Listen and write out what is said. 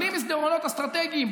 בלי מסדרונות אסטרטגיים,